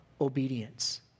obedience